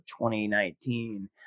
2019